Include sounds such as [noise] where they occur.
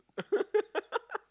[laughs]